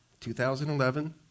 2011